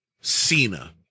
Cena